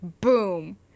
boom